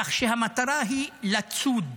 כך שהמטרה היא לצוד ערבים.